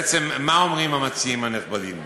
בעצם, מה אומרים המציעים הנכבדים?